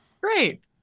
great